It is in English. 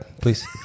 please